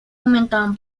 aumentaban